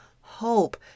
hope